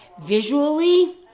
visually